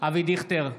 אבי דיכטר,